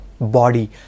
body